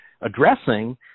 addressing